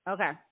Okay